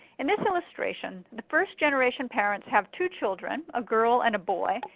in this illustration, the first generation parents have two children, a girl and a boy,